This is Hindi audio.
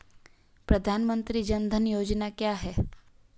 प्रधानमंत्री जन धन योजना क्या है?